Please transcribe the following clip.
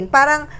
Parang